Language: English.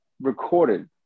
recorded